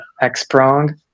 X-prong